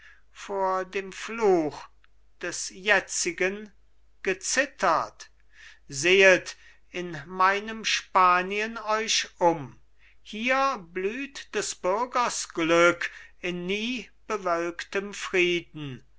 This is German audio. vor dem fluch des jetzigen gezittert sehet in meinem spanien euch um hier blüht des bürgers glück in nie bewölktem frieden